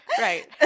Right